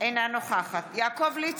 אינה נוכחת יוליה